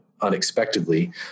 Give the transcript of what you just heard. unexpectedly